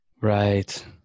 Right